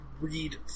read